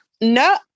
No